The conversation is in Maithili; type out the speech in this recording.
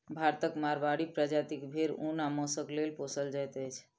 भारतक माड़वाड़ी प्रजातिक भेंड़ ऊन आ मौंसक लेल पोसल जाइत अछि